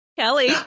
Kelly